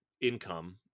income